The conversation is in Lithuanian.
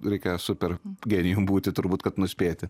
reikia super geriem būti turbūt kad nuspėti